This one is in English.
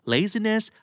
Laziness